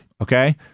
Okay